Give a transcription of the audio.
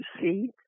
see